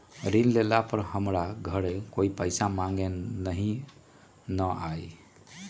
ऋण लेला पर हमरा घरे कोई पैसा मांगे नहीं न आई?